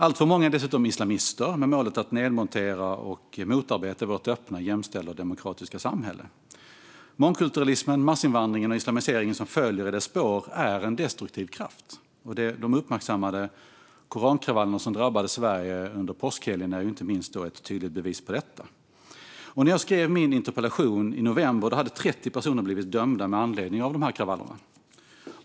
Alltför många är dessutom islamister med målet att nedmontera och motarbeta vårt öppna och jämställda demokratiska samhälle. Mångkulturalismen, massinvandringen och islamiseringen som följer i dess spår är destruktiva krafter. De uppmärksammade korankravallerna, som drabbade Sverige under påskhelgen, är ett tydligt bevis på detta. När jag skrev min interpellation i november hade 30 personer blivit dömda med anledning av de kravallerna.